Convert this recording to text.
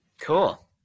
Cool